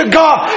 god